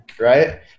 Right